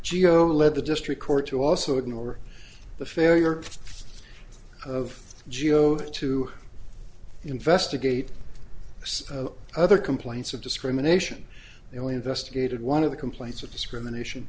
gigo led the district court to also ignore the failure of g a o to investigate other complaints of discrimination they only investigated one of the complaints of discrimination